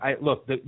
look